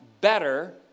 better